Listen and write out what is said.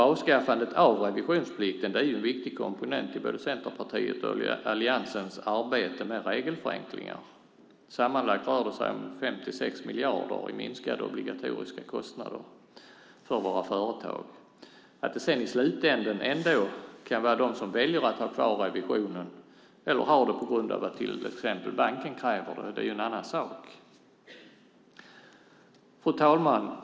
Avskaffandet av revisionsplikten är en viktig komponent i både Centerpartiets och Alliansens arbete med regelförenklingar. Sammanlagt rör det sig om 5-6 miljarder i minskade obligatoriska kostnader för våra företag. Att det sedan i slutänden ändå kan finnas de som väljer att ha kvar revisionen eller har det på grund av att till exempel banken kräver det är en annan sak. Fru talman!